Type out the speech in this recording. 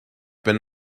been